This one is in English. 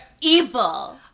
evil